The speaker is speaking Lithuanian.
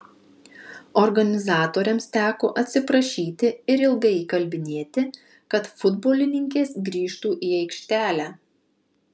organizatoriams teko atsiprašyti ir ilgai įkalbinėti kad futbolininkės grįžtų į aikštelę